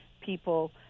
people